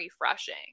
refreshing